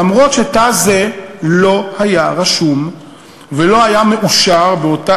למרות שתא זה לא היה רשום ולא היה מאושר באותה